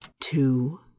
two